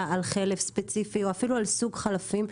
על חלף ספציפי או אפילו על סוג חלפים,